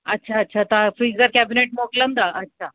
अच्छा अच्छा तां फ़्रीजर केबिनेट मोकिलींदा अच्छा